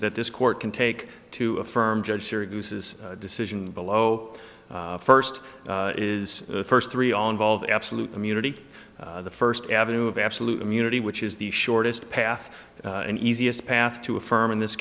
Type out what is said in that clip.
that this court can take to affirm judge syracuse's decision below first is the first three all involve absolute immunity the first avenue of absolute immunity which is the shortest path and easiest path to affirm in this